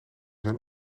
zijn